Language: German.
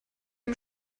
ihm